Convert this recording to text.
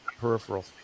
peripheral